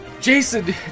Jason